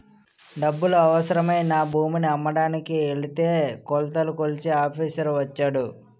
డబ్బులు అవసరమై నా భూమిని అమ్మకానికి ఎడితే కొలతలు కొలిచే ఆఫీసర్ వచ్చాడు